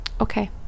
okay